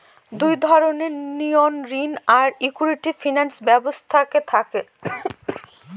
দুই ধরনের নিয়ম ঋণ আর ইকুইটি ফিনান্স ব্যবস্থাতে থাকে